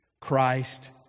Christ